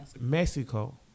Mexico